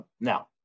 now